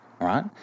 right